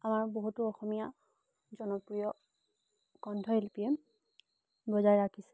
আমাৰ বহুত অসমীয়া কণ্ঠশিল্পীয়ে বজাই ৰাখিছে